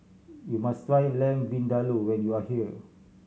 you must try Lamb Vindaloo when you are here